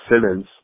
Simmons